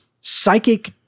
psychic